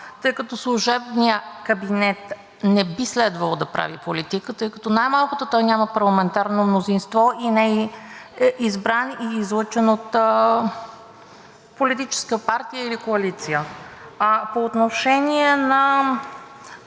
тъй като служебният кабинет не би следвало да прави политика, тъй като най малкото той няма парламентарно мнозинство и не е избран и излъчен от политическа партия или коалиция. По отношение на